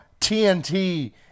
TNT